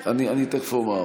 נתקבלה.